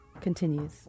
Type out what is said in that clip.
continues